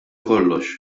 kollox